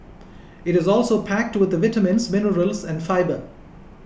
it is also packed with vitamins minerals and fibre